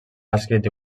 escrit